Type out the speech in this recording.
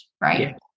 right